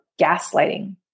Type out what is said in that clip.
gaslighting